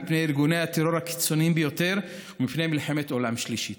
מפני ארגוני הטרור הקיצוניים ביותר ומפני מלחמת עולם שלישית.